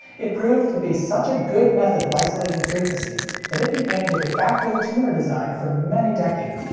it proved to be such a good method of isolating frequencies that it became the de facto tuner design for many decades,